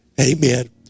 amen